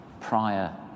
prior